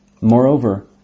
Moreover